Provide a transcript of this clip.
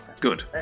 good